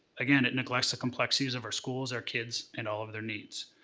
again, it neglects the complexities of our schools, our kids, and all of their needs.